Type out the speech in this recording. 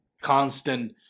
constant